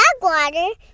Backwater